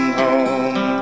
home